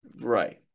Right